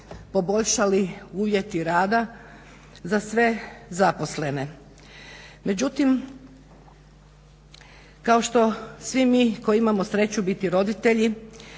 poboljšali uvjeti rada za sve zaposlene. Međutim, kao što svi mi koji imamo sreću biti roditelji